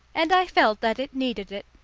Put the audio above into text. and i felt that it needed it.